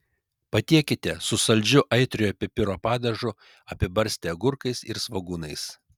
patiekite su saldžiu aitriojo pipiro padažu apibarstę agurkais ir svogūnais